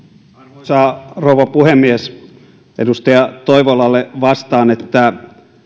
arvoisa rouva puhemies edustaja toivolalle vastaan että